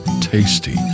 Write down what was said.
tasty